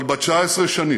אבל ב-19 השנים